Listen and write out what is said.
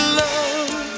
love